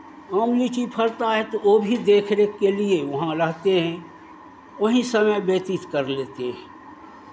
आम लीची फड़ता है तो वो भी देख रेख के लिए वहाँ रहते हैं वहीं समय व्यतीत कर लेते हैं